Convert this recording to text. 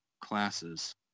classes